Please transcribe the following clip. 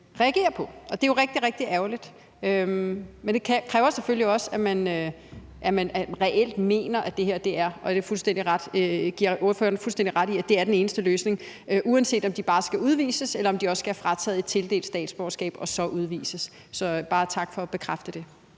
reagere på det, og det er jo rigtig, rigtig ærgerligt. Men det kræver selvfølgelig også, at man reelt mener det, og jeg giver ordføreren fuldstændig ret i, at det er den eneste løsning, altså uanset om de bare skal udvises, eller om de også skal have frataget et tildelt statsborgerskab og så udvises. Så bare tak for at bekræfte det.